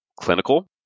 clinical